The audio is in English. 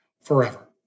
forever